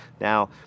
Now